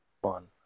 one